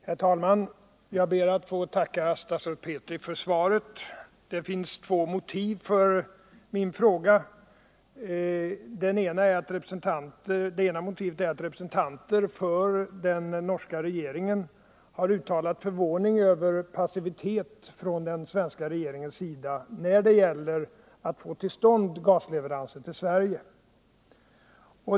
Herr talman! Jag ber att få tacka statsrådet Petri för svaret. Det finns två motiv för min fråga. Det ena motivet är att representanter för den norska regeringen har uttalat förvåning över den svenska regeringens passivitet när det gäller att få till stånd gasleveranser till Sverige.